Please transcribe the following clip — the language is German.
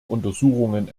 untersuchungen